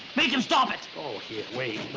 make him stop it. oh, here, wait.